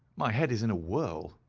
my head is in a whirl,